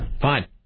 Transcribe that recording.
Fine